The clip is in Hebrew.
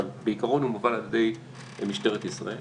אבל בעיקרון הוא מובל על ידי משטרת ישראל.